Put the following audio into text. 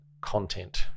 content